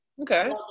Okay